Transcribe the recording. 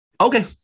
Okay